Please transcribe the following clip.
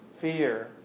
fear